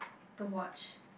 to watch